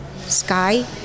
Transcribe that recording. sky